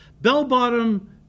bell-bottom